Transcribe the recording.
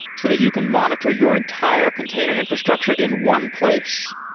so that you can monitor your entire container infrastructure in one place